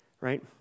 right